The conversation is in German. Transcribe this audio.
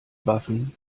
waffen